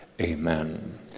amen